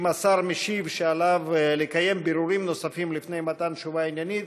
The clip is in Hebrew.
אם השר משיב שעליו לקיים בירורים נוספים לפני מתן תשובה עניינית,